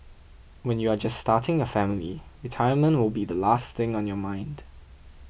when you are just starting your family retirement will be the last thing on your mind